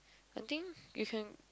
I think you can